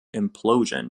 implosion